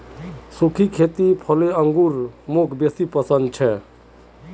सुखी खेती वाला फलों अंगूर मौक बेसी पसन्द छे